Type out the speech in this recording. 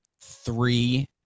three